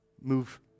move